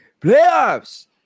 playoffs